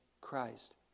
Christ